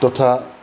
তথা